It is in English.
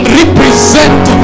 represent